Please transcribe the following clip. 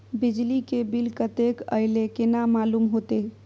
बिजली के बिल कतेक अयले केना मालूम होते?